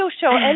show